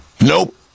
Nope